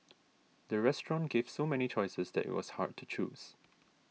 the restaurant gave so many choices that it was hard to choose